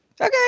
Okay